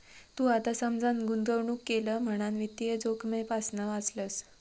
तू आता समजान गुंतवणूक केलं म्हणान वित्तीय जोखमेपासना वाचलंस